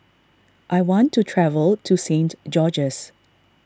I want to travel to Saint George's